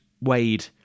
Wade